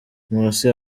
nkusi